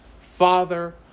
father